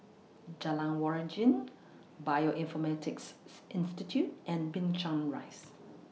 Jalan Waringin Bioinformatics Institute and Binchang Rise